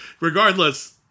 regardless